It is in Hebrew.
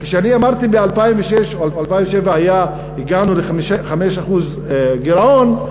כשאני אמרתי שב-2006 או 2007 הגענו ל-5% גירעון,